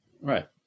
right